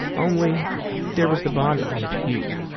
only there was the bonnet in the pew.